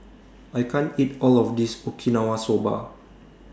I can't eat All of This Okinawa Soba